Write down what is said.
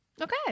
Okay